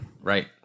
right